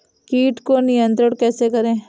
कीट को नियंत्रण कैसे करें?